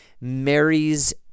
marries